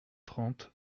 trente